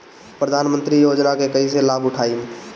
प्रधानमंत्री योजना के कईसे लाभ उठाईम?